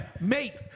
mate